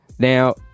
Now